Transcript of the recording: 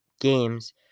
games